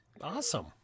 awesome